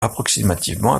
approximativement